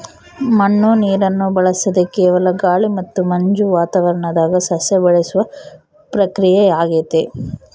ಮಣ್ಣು ನೀರನ್ನು ಬಳಸದೆ ಕೇವಲ ಗಾಳಿ ಮತ್ತು ಮಂಜು ವಾತಾವರಣದಾಗ ಸಸ್ಯ ಬೆಳೆಸುವ ಪ್ರಕ್ರಿಯೆಯಾಗೆತೆ